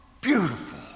beautiful